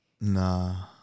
Nah